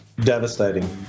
Devastating